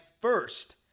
first